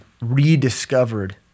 rediscovered